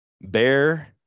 bear